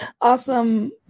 awesome